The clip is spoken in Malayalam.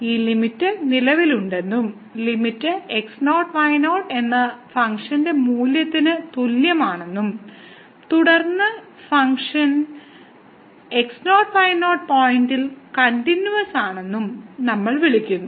ഈ ലിമിറ്റ് നിലവിലുണ്ടെന്നും ലിമിറ്റ് 0 fx0 y0 എന്ന ഫംഗ്ഷൻ മൂല്യത്തിന് തുല്യമാണെന്നും തുടർന്ന് ഫംഗ്ഷൻ x0 y0 പോയിന്റിൽ കണ്ടിന്യൂവസാണെന്ന് നമ്മൾ വിളിക്കുന്നു